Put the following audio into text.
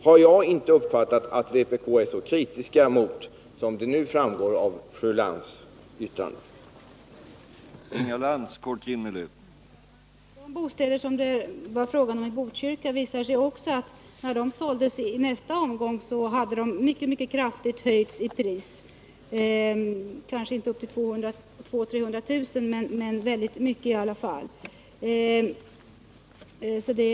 Jag har inte uppfattat det så att vpk är så kritiskt mot bostadsrätten som vad som nu framgår av fru Lantz yttrande.